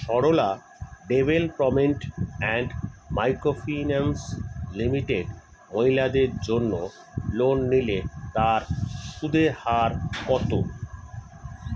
Sarala development and micro finance limited মহিলাদের জন্য loan নিলে তার সুদের হার কত?